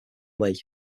lea